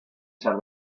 ser